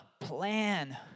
plan